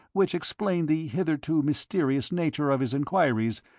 which explained the hitherto mysterious nature of his enquiries,